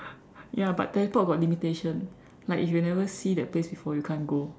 ya but teleport got limitation like if you never see that place before you can't go